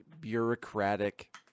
bureaucratic